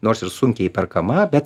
nors ir sunkiai įperkama bet